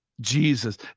Jesus